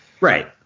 Right